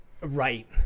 right